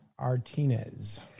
Artinez